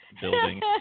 building